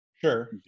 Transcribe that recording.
sure